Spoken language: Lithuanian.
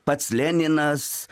pats leninas